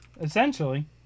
essentially